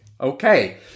Okay